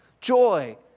joy